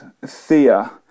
Thea